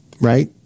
right